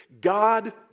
God